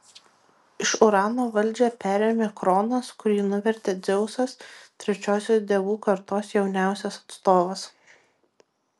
iš urano valdžią perėmė kronas kurį nuvertė dzeusas trečiosios dievų kartos jauniausias atstovas